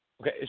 Okay